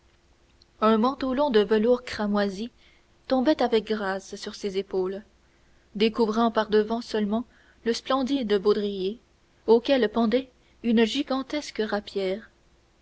un manteau long de velours cramoisi tombait avec grâce sur ses épaules découvrant par-devant seulement le splendide baudrier auquel pendait une gigantesque rapière